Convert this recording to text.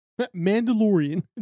Mandalorian